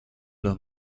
los